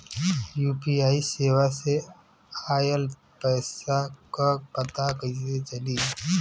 UPI सेवा से ऑयल पैसा क पता कइसे चली?